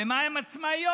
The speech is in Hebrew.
במה הן עצמאיות?